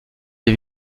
les